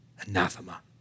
Anathema